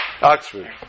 Oxford